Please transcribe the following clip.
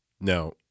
Now